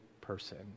person